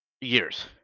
years